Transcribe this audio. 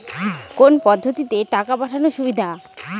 কোন পদ্ধতিতে টাকা পাঠানো সুবিধা?